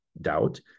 doubt